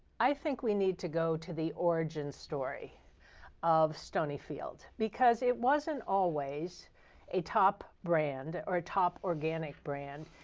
i think we need to go to the origin story of stonyfield, because it wasn't always a top brand or a top organic brand.